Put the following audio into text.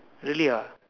really ah